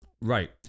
Right